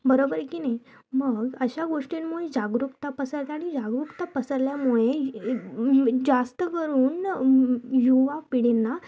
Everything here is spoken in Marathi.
बरोबर की नाही मग अश्या गोष्टींमुळे जागरूकता पसरते आणि जागरूकता पसरल्यामुळे एक जास्त करून युवा पिढींना